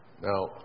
Now